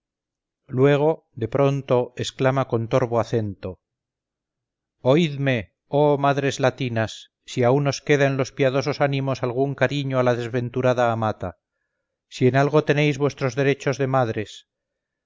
luego de pronto exclama con torvo acento oídme oh madres latinas si aun os queda en los piadosos ánimos algún cariño a la desventurada amata si en algo tenéis vuestros derechos de madres